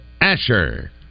Asher